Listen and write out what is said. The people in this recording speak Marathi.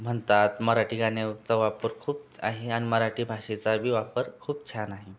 म्हणतात मराठी गाण्यावचा वापर खूप च् आहे आणि मराठी भाषेचाबी वापर खूप छान आहे